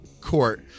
court